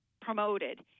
promoted